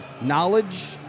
knowledge